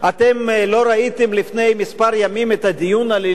אתם לא ראיתם לפני כמה ימים את הדיון הלילי